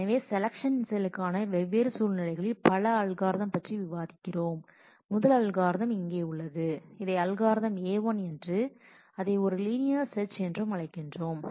எனவே செலெக்ஷன் செயலுக்காக வெவ்வேறு சூழ்நிலைகளில் பல அல்கோரிதம் பற்றி விவாதிக்கிறோம் முதல் அல்கோரிதம் இங்கே உள்ளது இதை அல்காரிதம் A1 என்றும் அதை ஒரு லீனியர் செர்ச் என்றும் அழைக்கிறோம்